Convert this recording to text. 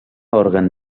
òrgan